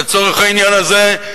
לצורך העניין הזה,